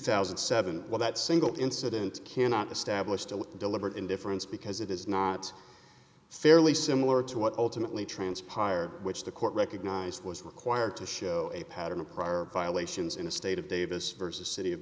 thousand and seven well that single incident cannot establish the deliberate indifference because it is not fairly similar to what ultimately transpired which the court recognized was required to show a pattern of prior violations in a state of davis versus city of